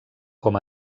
com